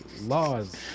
laws